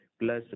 plus